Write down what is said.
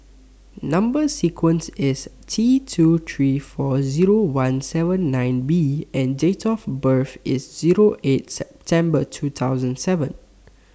Number sequence IS T two three four Zero one seven nine B and Date of birth IS Zero eight September two thousand seven